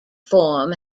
form